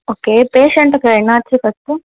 okay பேஷண்ட்டுக்கு என்ன ஆச்சு ஃபஸ்ட்டு